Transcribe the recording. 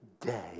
day